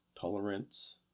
tolerance